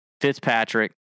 Fitzpatrick